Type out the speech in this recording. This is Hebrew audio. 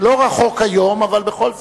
לא רחוק היום, אבל בכל זאת,